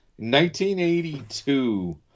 1982